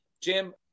Jim